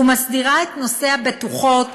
ומסדירה את נושא הבטוחות,